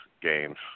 Games